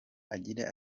agira